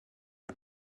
are